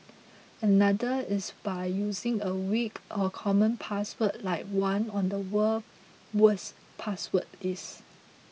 another is by using a weak or common password like one on the world's worst password list